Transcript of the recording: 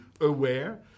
aware